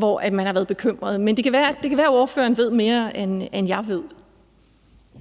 som har været bekymret. Men det kan være, at ordføreren ved mere, end jeg ved.